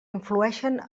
influïxen